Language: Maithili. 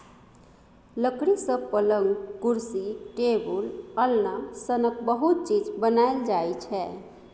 लकड़ी सँ पलँग, कुरसी, टेबुल, अलना सनक बहुत चीज बनाएल जाइ छै